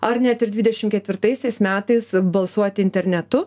ar net ir dvidešim ketvirtaisiais metais balsuoti internetu